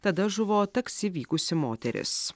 tada žuvo taksi vykusi moteris